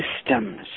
systems